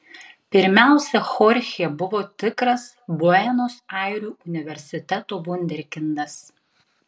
pirmiausia chorchė buvo tikras buenos airių universiteto vunderkindas